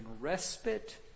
respite